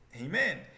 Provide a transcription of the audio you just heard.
Amen